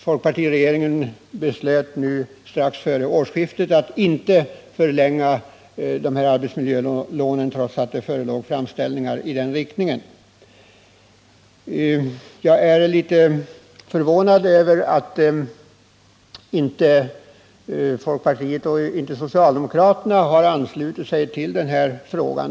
Folkpartiregeringen beslöt strax före årsskiftet att inte förlänga arbetsmiljögarantilånen, trots att det förelåg framställningar härom. Jag är litet förvånad över att folkpartiet och socialdemokraterna inte har anslutit sig till den väckta motionen.